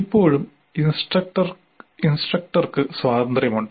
ഇപ്പോഴും ഇൻസ്ട്രക്ടർക്ക് സ്വാതന്ത്ര്യമുണ്ട്